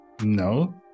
no